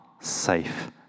safe